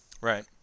Right